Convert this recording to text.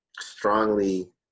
strongly